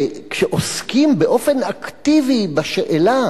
כשעוסקים באופן אקטיבי בשאלה